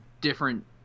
different